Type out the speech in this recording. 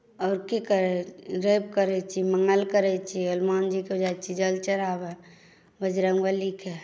आओर की करबै रवि करैत छी मङ्गल करैत छी हनुमानजीकेँ जाइत छी जल चढ़ाबय बजरङ्गबलीकेँ